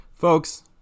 Folks